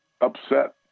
upset